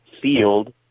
field